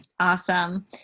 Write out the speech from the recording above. awesome